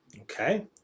Okay